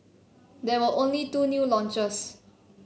there were only two new launches